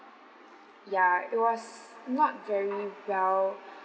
ya it was not very well